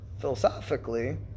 philosophically